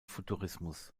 futurismus